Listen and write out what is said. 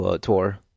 tour